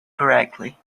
correctly